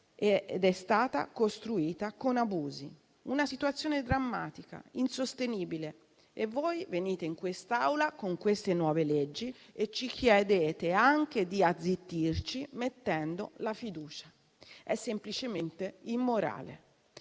ed è stato costruito con abusi. È una situazione drammatica, insostenibile. E voi venite in quest'Aula, con queste nuove leggi, e ci chiedete anche di azzittirci, mettendo la fiducia. È semplicemente immorale.